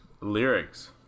lyrics